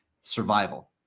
Survival